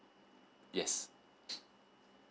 yes